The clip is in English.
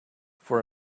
for